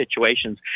situations